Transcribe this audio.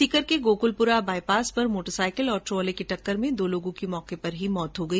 सीकर के गोकुलपुरा बाईपास पर मोटरसाईकिल और ट्रोले की टक्कर में दो लोगों की मौके पर ही मौत हो गई